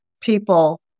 people